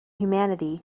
humanity